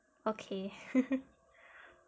okay